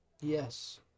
Yes